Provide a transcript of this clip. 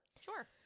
Sure